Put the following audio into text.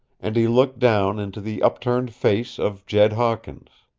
and he looked down into the upturned face of jed hawkins.